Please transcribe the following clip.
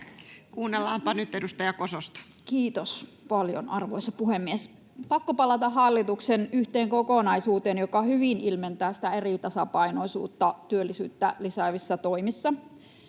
Kiitos paljon, arvoisa puhemies! — Pakko palata yhteen hallituksen kokonaisuuteen, joka hyvin ilmentää sitä eritasapainoisuutta työllisyyttä lisäävissä toimissa.